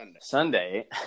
Sunday